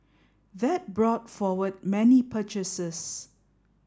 that brought forward many purchases